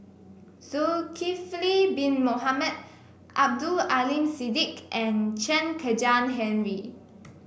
Zulkifli Bin Mohamed Abdul Aleem Siddique and Chen Kezhan Henri